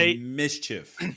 mischief